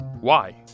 Why